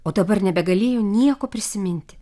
o dabar nebegalėjo nieko prisiminti